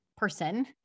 person